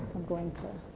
going to